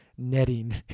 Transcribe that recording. netting